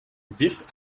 this